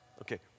Okay